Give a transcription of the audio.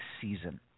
season